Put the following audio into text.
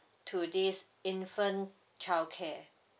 to this infant child care